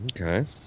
Okay